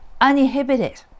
uninhibited